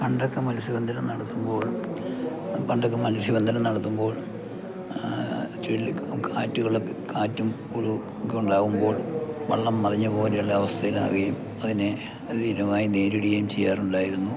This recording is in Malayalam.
പണ്ടൊക്കെ മത്സ്യബന്ധനം നടത്തുമ്പോൾ പണ്ടൊക്കെ മത്സ്യബന്ധനം നടത്തുമ്പോൾ ചുഴലി കാറ്റുകളൊക്കെ കാറ്റും കോളുവൊക്കെ ഉണ്ടാകുമ്പോൾ വള്ളം മറിഞ്ഞപോലെയുള്ള അവസ്ഥയിലാകുകയും അതിനെ ധീരമായി നേരിടുകയും ചെയ്യാറുണ്ടായിരുന്നു